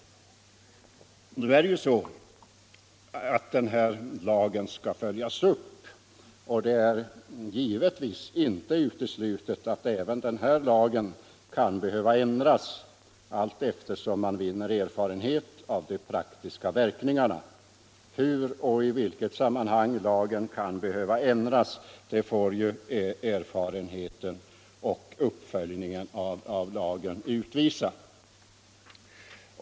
Nu är det ju så att lagen skall följas upp. Det är givetvis inte uteslutet att även den här lagen behöver ändras, allteftersom man vinner erfarenhet av de praktiska verkningarna. Hur och i vilket sammanhang lagen kan behöva ändras får erfarenheten och uppföljningen av lagen utvisa.